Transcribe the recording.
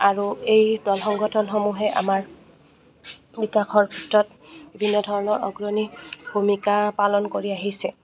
আৰু এই দল সংগঠনসমূহে আমাৰ বিকাশৰ কেত্ৰত বিভিন্ন ধৰণৰ অগ্ৰণী ভূমিকা পালন কৰি আহিছে